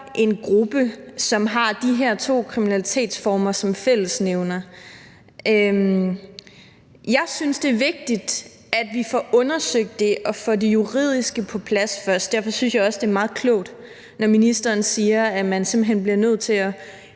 en gruppe, som har de her to kriminalitetsformer som fællesnævner. Jeg synes, det er vigtigt, at vi får det undersøgt og får det juridiske på plads først, og derfor synes jeg også, det er meget klogt, når ministeren siger, at man simpelt hen bliver nødt til at